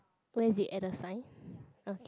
where is it at the sign okay